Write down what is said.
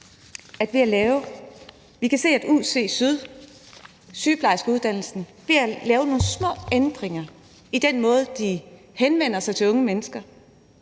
den 12. maj. Vi kan se, at UC SYD, sygeplejerskeuddannelsen, ved at lave nogle små ændringer i den måde, de henvender sig til unge mennesker